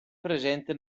presente